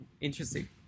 Interesting